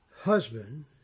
husband